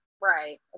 Right